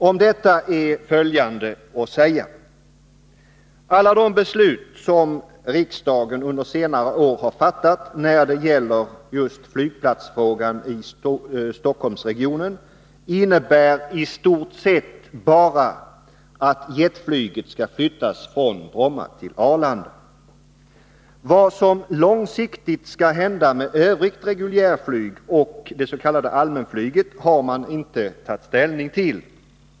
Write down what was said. Om detta är följande att säga. Alla de beslut som riksdagen under senare år har fattat när det gäller just flygplatsfrågan i Stockholmsregionen innebär i stort sett bara att jetflyget skall flyttas från Bromma till Arlanda. Vad som långsiktigt skall hända med Övrigt reguljärflyg och det s.k. allmänflyget har man inte tagit ställning till.